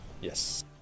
Yes